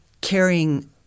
carrying